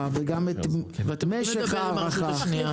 ואת משך ההארכה --- אתם יכולים לדבר עם הרשות השנייה,